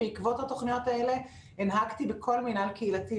בעקבות התוכניות האלה הנהגתי בכל מינהל קהילתי,